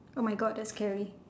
oh my god that's scary